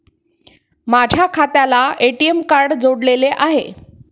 माझ्या खात्याला ATM card जोडलेले आहे